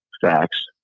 facts